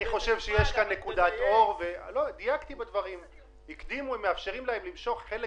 אני חושב שיש נקודת אור בכך שמאפשרים להם למשוך חלק